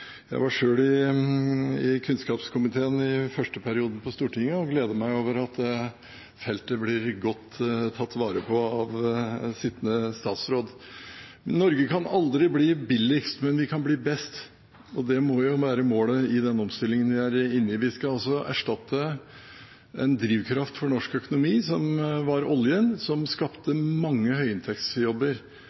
Jeg var selv i kunnskapskomiteen i min første periode på Stortinget, og jeg gleder meg over at feltet blir godt tatt vare på av sittende statsråd. Norge kan aldri bli billigst, men vi kan bli best, og det må være målet i den omstillingen vi er inne i. Vi skal erstatte en drivkraft for norsk økonomi – oljen, som skapte mange